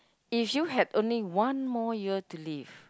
if you had only one more year to live